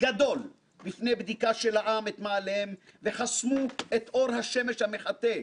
גדול בפני בדיקה של העם את מעלליהם וחסמו את אור השמש המחטא,